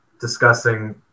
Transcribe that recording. discussing